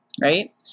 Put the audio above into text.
right